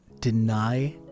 deny